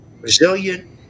resilient